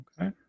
Okay